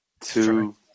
Two